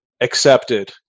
accepted